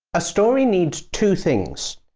a story needs two things.